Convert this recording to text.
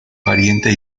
pariente